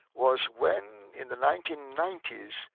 was when in the nineteen ninety s,